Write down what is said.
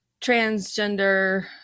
transgender